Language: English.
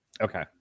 Okay